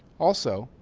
also,